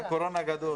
זה חוק הקורונה הגדול.